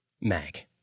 Mag